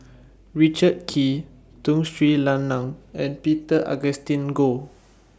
Richard Kee Tun Sri Lanang and Peter Augustine Goh